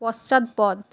পশ্চাৎপদ